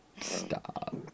Stop